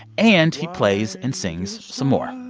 and he plays and sings some more.